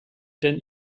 denn